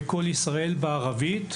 בקול ישראל בערבית.